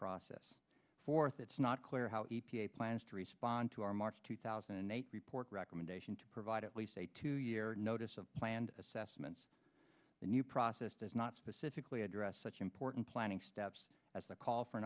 process fourth it's not clear how e p a plans to respond to our march two thousand and eight report recommendation to provide at least a two year notice of planned assessments the new process does not specifically address such important planning steps as the call for